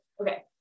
Okay